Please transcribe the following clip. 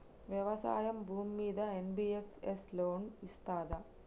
వ్యవసాయం భూమ్మీద NBFC loan ఇస్తదా?